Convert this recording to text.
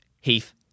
Heath